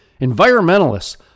Environmentalists